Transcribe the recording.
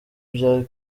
bya